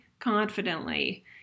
confidently